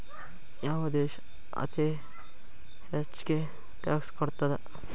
ಯಾವ್ ದೇಶ್ ಅತೇ ಹೆಚ್ಗೇ ಟ್ಯಾಕ್ಸ್ ಕಟ್ತದ?